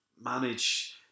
manage